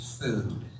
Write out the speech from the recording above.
food